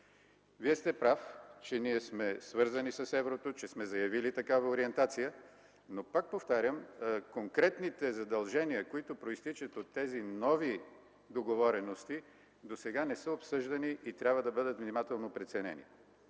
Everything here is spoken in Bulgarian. Вие сте прав, че ние сме свързани с еврото, че сме заявили такава ориентация, но пак повтарям – конкретните задължения, които произтичат от тези нови договорености, досега не са обсъждани и трябва да бъдат внимателно преценени.